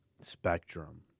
spectrum